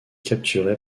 capturée